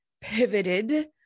pivoted